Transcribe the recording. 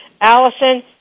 Allison